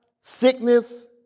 sickness